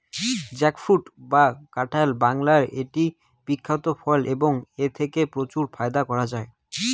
jackfruit বা কাঁঠাল বাংলার একটি বিখ্যাত ফল এবং এথেকে প্রচুর ফায়দা করা য়ায়